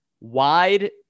wide